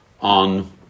on